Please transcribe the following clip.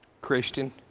Christian